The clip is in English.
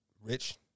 rich